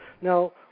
Now